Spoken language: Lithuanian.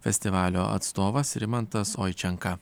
festivalio atstovas rimantas oičenka